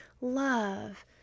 love